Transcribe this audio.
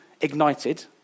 ignited